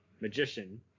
magician